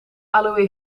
aloë